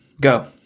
go